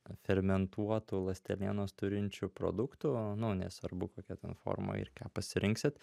fermentuotų ląstelienos turinčių produktų nu nesvarbu kokia ten forma ir ką pasirinksit